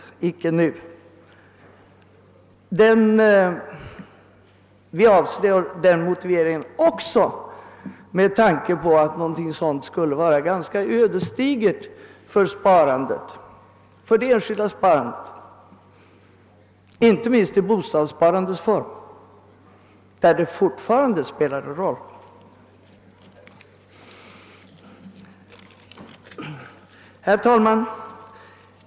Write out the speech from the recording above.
Vi vill inte vara med om den motiveringen också med tanke på att detta skulle vara ganska ödesdigert för det enskilda sparandet, inte minst i bostadssparandets form. Herr talman!